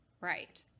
Right